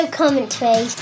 commentary